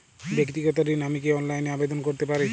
ব্যাক্তিগত ঋণ আমি কি অনলাইন এ আবেদন করতে পারি?